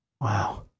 Wow